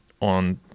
on